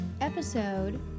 episode